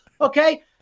Okay